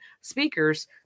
speakers